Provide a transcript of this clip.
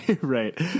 right